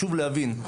חשוב להבין,